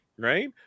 right